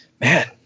man